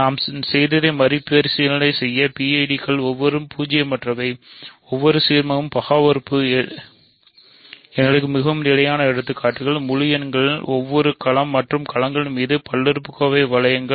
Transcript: நாம் செய்ததை மறுபரிசீலனை செய்ய PID கள் ஒவ்வொரு பூஜ்ஜியமற்றவை ஒவ்வொரு சீர்மமும் பகா உறுப்பு எங்களுக்கு மிகவும் நிலையான எடுத்துக்காட்டுகள் முழு எண் எந்தவொரு களம் மற்றும் களங்களின்மீதும் பல்லுறுப்பு வளையங்கள்